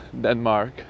Denmark